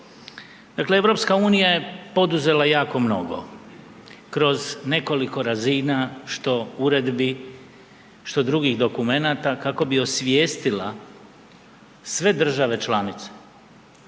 Dakle, EU je poduzela jako mnogo kroz nekoliko razina što uredbi, što drugih dokumenata kako bi osvijestila sve države članice